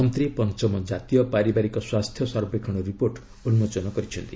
ମନ୍ତ୍ରୀ ପଞ୍ଚମ ଜାତୀୟ ପାରିବାରିକ ସ୍ୱାସ୍ଥ୍ୟ ସର୍ବେକ୍ଷଣ ରିପୋର୍ଟ ଉନ୍କୋଚନ କରିଛନ୍ତି